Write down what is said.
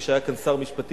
מי שהיה כאן שר משפטים,